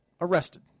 arrested